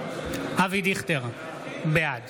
אבי דיכטר, בעד